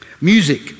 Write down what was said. music